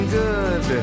good